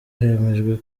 hemejwe